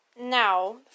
Now